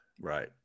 Right